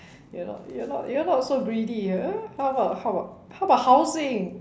you're not you're not so greedy ha how about how about how about housing